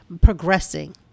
progressing